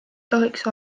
tohiks